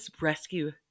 rescue